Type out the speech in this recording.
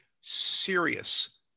serious